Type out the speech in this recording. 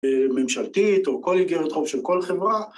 ממשלתית או כל איגרת חוב של כל חברה.